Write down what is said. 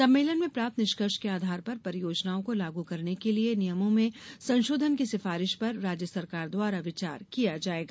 सम्मेलन में प्राप्त निष्कर्ष के आधार पर परियोजनाओं को लागू करने के लिये नियमों में संशोधन की सिफारिश पर राज्य सरकार द्वारा विचार किया जाएगा